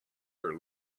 her